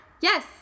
Yes